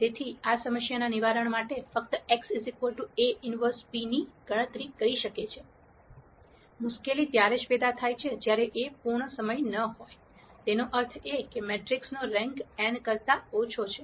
તેથી આ સમસ્યાના નિવારણ માટે ફક્ત x A 1 p ની ગણતરી કરી શકે છે મુશ્કેલી ત્યારે જ પેદા થાય છે જ્યારે A પૂર્ણ સમય ન હોય તેનો અર્થ એ કે મેટ્રિક્સનો રેન્ક n કરતા ઓછો છે